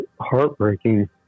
heartbreaking